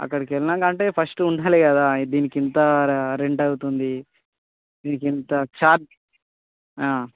అక్కడికి వెళ్ళినాక అంటే ఫస్ట్ ఉండాలి కదా దీనికి ఇంత రెంట్ అవుతుంది దీనికి ఇంత ఛార్జ్